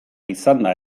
izanda